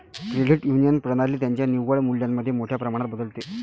credit union प्रणाली त्यांच्या निव्वळ मूल्यामध्ये मोठ्या प्रमाणात बदलते